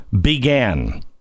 began